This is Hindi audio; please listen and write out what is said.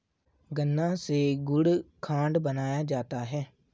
गन्ना से गुड़ खांड बनाया जाता है